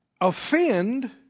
offend